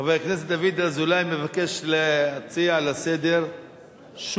חבר הכנסת דוד אזולאי מבקש להציע: בשבוע שעבר